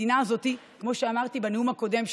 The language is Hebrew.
כמו שאמרתי בנאום הקודם שלי,